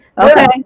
okay